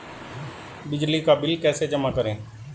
बिजली का बिल कैसे जमा करें?